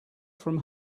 from